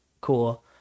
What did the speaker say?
Cool